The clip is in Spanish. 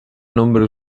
nombre